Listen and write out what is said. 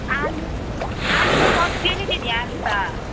आलु आलु त सक्यो नि दिदी आलु त